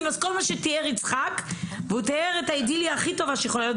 כל מה שתיאר יצחקי שזוהי האידיליה הכי טובה שיכולה להיות,